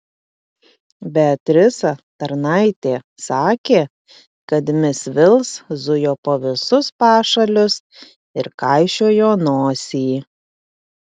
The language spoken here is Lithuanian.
beatrisa tarnaitė sakė kad mis vils zujo po visus pašalius ir kaišiojo nosį